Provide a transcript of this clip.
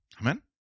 Amen